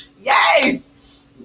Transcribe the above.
Yes